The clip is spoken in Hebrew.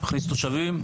מכניס תושבים,